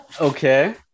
Okay